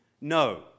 no